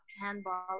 handball